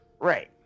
Right